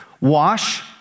Wash